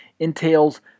entails